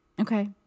Okay